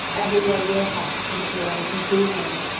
everyone will have to come to their own conclusion,